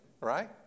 right